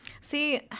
See